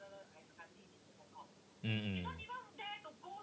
mm mm